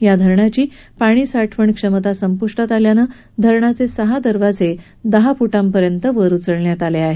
या धरणाची पाणी साठवण क्षमता संपृष्टात आल्यामुळे धरणाचे सहा दरवाजे दहा फुटांपर्यंत उघडण्यात आले आहेत